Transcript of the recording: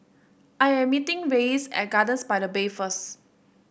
I am meeting Reyes at Gardens by the Bay first